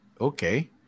Okay